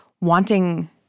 wanting